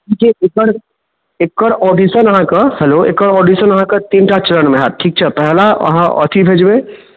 ठीक छै एकर एकर ऑडिशन अहाँके हेलो एकर ऑडिशन अहाँके तीनटा चरणमे हैत ठीक छै पहिला अहाँ अथी भेजबै